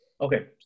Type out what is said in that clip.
okay